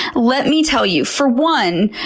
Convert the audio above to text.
let me tell you, for one,